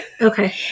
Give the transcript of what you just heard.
Okay